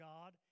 God